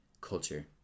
culture